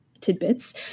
tidbits